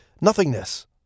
nothingness